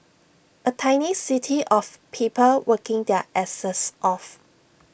A tiny city of people working their asses off